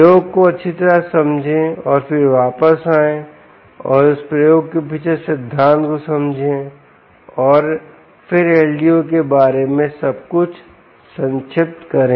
प्रयोग को अच्छी तरह से समझें और फिर वापस आएं और उस प्रयोग के पीछे सिद्धांत को समझें और फिर LDO के बारे में सब कुछ संक्षिप्त करें